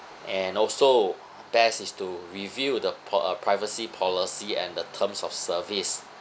and also best is to review the po~ uh privacy policy and the terms of service